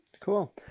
cool